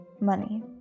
money